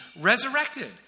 resurrected